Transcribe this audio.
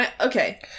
Okay